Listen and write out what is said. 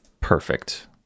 Perfect